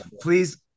please